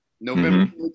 November